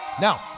Now